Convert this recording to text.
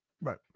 Right